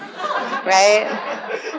right